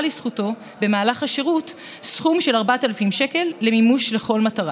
לזכותו במהלך השירות סכום של 4,000 שקל למימוש לכל מטרה.